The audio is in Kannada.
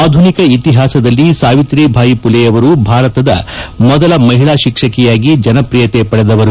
ಆಧುನಿಕ ಇತಿಹಾಸದಲ್ಲಿ ಸಾವಿತ್ರಿಬಾಯಿ ಪುಲೆಯವರು ಭಾರತದ ಮೊದಲ ಮಹಿಳಾ ಶಿಕ್ಷಕಿಯಾಗಿ ಜನಪ್ರಿಯತೆ ಪಡೆದವರು